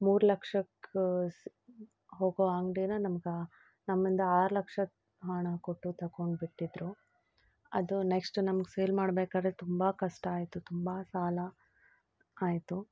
ಮೂರು ಲಕ್ಷಕ್ಕೆ ಹೋಗೋ ಅಂಗಡೀನ ನಮ್ಗೆ ನಮ್ಮಿಂದ ಆರು ಲಕ್ಷ ಹಣ ಕೊಟ್ಟು ತಗೊಂಡ್ಬಿಟ್ಟಿದ್ರು ಅದು ನೆಕ್ಸ್ಟ್ ನಮ್ಗೆ ಸೇಲ್ ಮಾಡ್ಬೇಕಾದ್ರೆ ತುಂಬ ಕಷ್ಟ ಆಯಿತು ತುಂಬ ಸಾಲ ಆಯಿತು